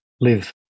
live